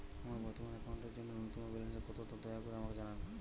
আমার বর্তমান অ্যাকাউন্টের জন্য ন্যূনতম ব্যালেন্স কত তা দয়া করে আমাকে জানান